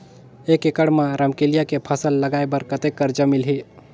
एक एकड़ मा रमकेलिया के फसल लगाय बार कतेक कर्जा मिलही?